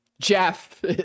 Jeff